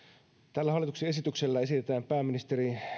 tällä hallituksen esityksellä esitetään pääministeri